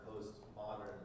post-modern